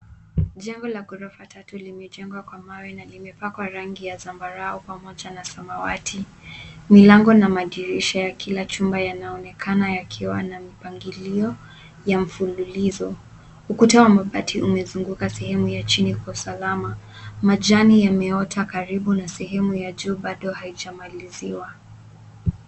Jengo la ghorofa tatu limejengwa kwa mawe na limepakwa rangi ya zambarau na samawati. Milango na madirisha ya kila chumba yanaonekana yamepangwa kwa mpangilio wa mstari ulionyooka. Ukuta wa mbao umezunguka sehemu ya chini kwa usalama. Majani ya miti iliyo karibu na sehemu ya juu bado haijakamilika.